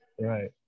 Right